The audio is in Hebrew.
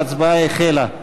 ההצבעה החלה.